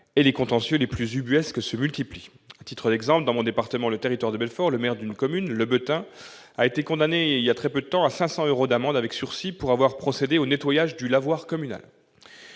et les contentieux les plus ubuesques se multiplient. À titre d'exemple, dans mon département du Territoire de Belfort, le maire de la commune de Lebetain a été condamné récemment à une amende de 500 euros avec sursis pour avoir procédé au nettoyage du lavoir communal.